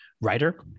writer